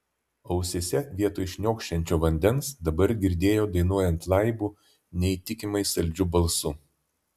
ausyse vietoj šniokščiančio vandens dabar girdėjo dainuojant laibu neįtikimai saldžiu balsu